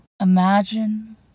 Imagine